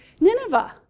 Nineveh